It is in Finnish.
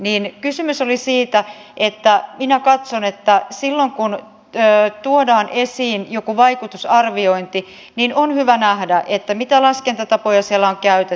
kysymys oli siitä että minä katson että silloin kun tuodaan esiin joku vaikutusarviointi on hyvä nähdä mitä laskentatapoja siellä on käytetty